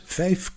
vijf